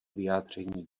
vyjádření